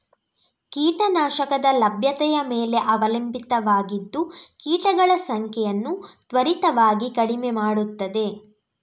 ಕೀಟ ನಾಶಕದ ಲಭ್ಯತೆಯ ಮೇಲೆ ಅವಲಂಬಿತವಾಗಿದ್ದು ಕೀಟಗಳ ಸಂಖ್ಯೆಯನ್ನು ತ್ವರಿತವಾಗಿ ಕಡಿಮೆ ಮಾಡುತ್ತದೆ